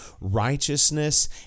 righteousness